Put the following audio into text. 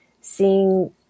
seeing